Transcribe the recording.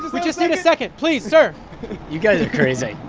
we just need a second, please, sir you guys are crazy.